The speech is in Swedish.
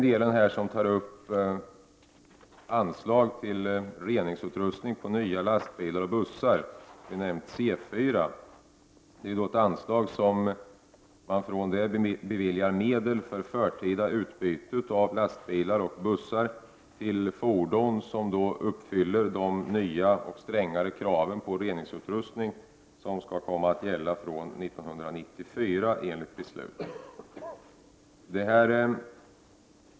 Från anslaget till reningsutrustning på nya lastbilar och bussar, benämnt C4, beviljas medel för förtida utbyte av lastbilar och bussar till fordon som uppfyller de nya och strängare krav på reningsutrustning som skall komma att gälla från 1994 enligt beslut.